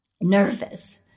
nervous